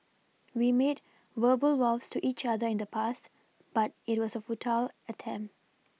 we made verbal vows to each other in the past but it was a futile attempt